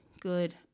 good